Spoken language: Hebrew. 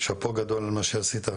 שאפו גדול על מה שעשית.